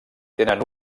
tenen